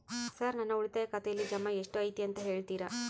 Sir ನನ್ನ ಉಳಿತಾಯ ಖಾತೆಯಲ್ಲಿ ಜಮಾ ಎಷ್ಟು ಐತಿ ಅಂತ ಹೇಳ್ತೇರಾ?